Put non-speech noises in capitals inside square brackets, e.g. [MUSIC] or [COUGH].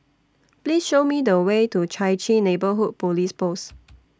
Please Show Me The Way to Chai Chee Neighbourhood Police Post [NOISE]